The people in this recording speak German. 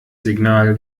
signal